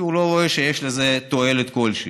כי הוא לא רואה שיש לזה תועלת כלשהי,